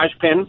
pin